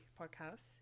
podcast